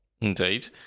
Indeed